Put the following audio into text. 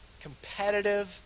competitive